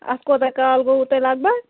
اَتھ کوتاہ کال گوٚو تۄہہِ لگ بگ